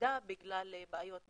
מלמידה בגלל בעיות בתשתיות,